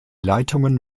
leitungen